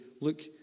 look